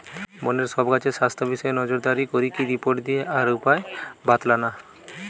বনের সব গাছের স্বাস্থ্য বিষয়ে নজরদারি করিকি রিপোর্ট দিয়া আর উপায় বাৎলানা